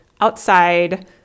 outside